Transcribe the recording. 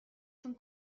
von